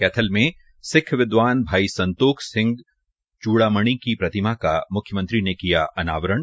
कैथल में सिख विद्वान भाई संतोख सिंह चूड़ामणि की प्रतिमा का म्ख्यमंत्री ने किया अनावरण